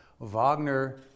Wagner